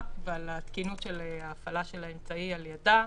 ועל התקינות של ההפעלה של האמצעי על ידה,